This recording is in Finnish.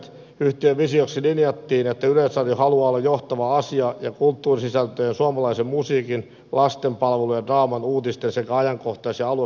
yhtiön visioksi linjattiin että yleisradio haluaa olla johtava asia ja kulttuurisisältöjen suomalaisen musiikin lastenpalvelujen draaman uutisten sekä ajankohtais ja aluepalvelujen tuottaja